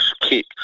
kick